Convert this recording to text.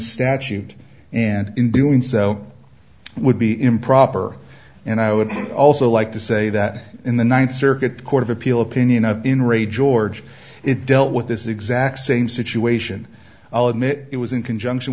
statute and in doing so would be improper and i would also like to say that in the ninth circuit court of appeal opinion up in re george it dealt with this exact same situation i'll admit it was in conjunction